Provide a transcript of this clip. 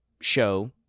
show